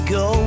go